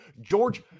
George